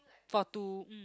for two mm